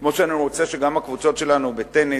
כמו שאני רוצה שגם הקבוצות שלנו בטניס,